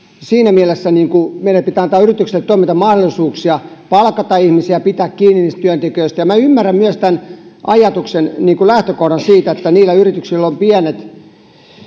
siinä mielessä meidän pitää antaa yrityksille toimintamahdollisuuksia palkata ihmisiä ja pitää kiinni niistä työntekijöistä minä ymmärrän myös tämän ajatuksen lähtökohdan siitä että niillä yrityksillä joilla on pienet